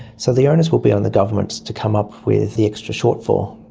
so the onus will be on the governments to come up with the extra shortfall.